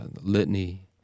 litany